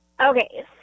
Okay